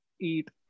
eat